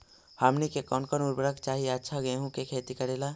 हमनी के कौन कौन उर्वरक चाही अच्छा गेंहू के खेती करेला?